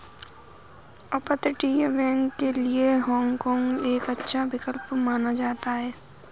अपतटीय बैंक के लिए हाँग काँग एक अच्छा विकल्प माना जाता है